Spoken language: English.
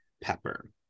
pepper